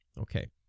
okay